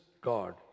God